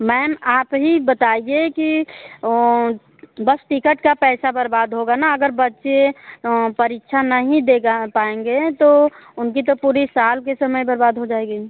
ma'am आप ही बताइए कि बस टिकट का पैसा बर्बाद होगा ना अगर बच्चे परीक्षा नहीं देगा पाएंगे तो उनकी तो पूरी साल के समय बर्बाद हो जाएगी